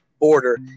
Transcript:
border